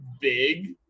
big